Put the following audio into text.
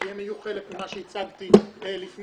שיהיו חלק ממה שהצגתי לפניכן.